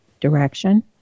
direction